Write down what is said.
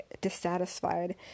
dissatisfied